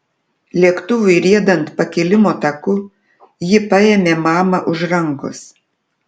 lėktuvui riedant pakilimo taku ji paėmė mamą už rankos